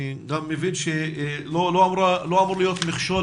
אני גם מבין שלא אמור להיות מכשול